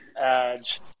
Edge